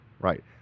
Right